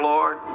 Lord